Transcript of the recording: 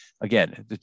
Again